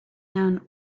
town